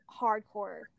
hardcore